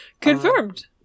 Confirmed